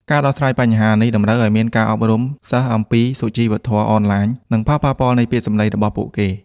ការដោះស្រាយបញ្ហានេះតម្រូវឲ្យមានការអប់រំសិស្សអំពីសុជីវធម៌អនឡាញ និងផលប៉ះពាល់នៃពាក្យសម្ដីរបស់ពួកគេ។